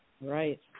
Right